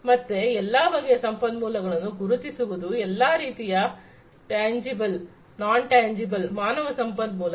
ಮತ್ತೆ ಎಲ್ಲ ಬಗೆಯ ಸಂಪನ್ಮೂಲಗಳನ್ನು ಗುರುತಿಸುವುದು ಎಲ್ಲಾ ರೀತಿಯ ಟ್ಯಾಂಜಿಬಲ್ ನಾನ್ ಟ್ಯಾಂಜಿಬಲ್ ಮಾನವ ಸಂಪನ್ಮೂಲಗಳು